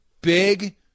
big